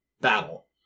Battle